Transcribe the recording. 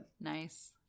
nice